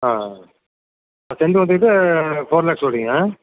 ஆ செண்டு வந்துக்கிட்ட four lakes சொல்கிறீங்க